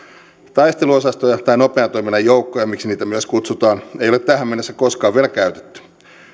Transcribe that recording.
taisteluosastoja tai nopean toiminnan joukkoja miksi niitä myös kutsutaan ei ole tähän mennessä koskaan vielä käytetty